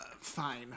fine